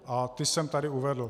A ty jsem tady uvedl.